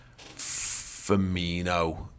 Firmino